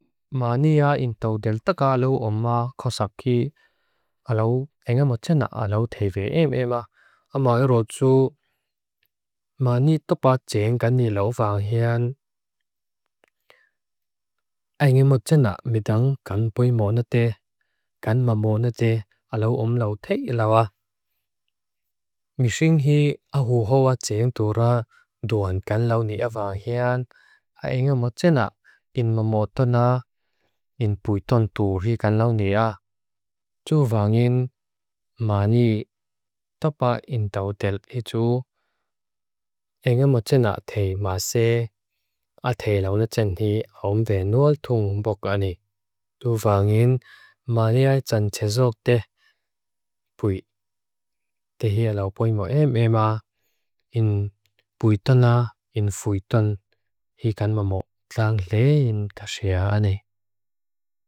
Mâni ia in tawdel taka alu omma khosaki, alu engamotjenak alu teve emema. Ama erotsu, mâni topa tsenggan ni lau vanghen, engamotjenak mitang kanpe monete, kanma monete alu omlau te ilawa. Misinghi ahu hoa tseng dura duan kanlau ni avanghen, a engamotjenak kinma motona, in puiton turi kanlau ni a. Du vanghen, mâni topa in tawdel hitu, engamotjenak te mase, a te lau ne tsenghi, ahumbe nuol tungbok ani. Du vanghen, mâni ai tsan tsezok te, pui. Te hi alau poi mo emema, in puiton lau, in fuiton, hi kanma mo tlang le, in tasya ani.